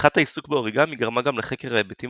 פריחת העיסוק באוריגמי גרמה גם לחקר ההיבטים